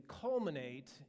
culminate